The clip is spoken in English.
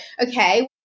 okay